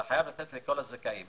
אתה חייב לתת לכל הזכאים.